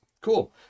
cool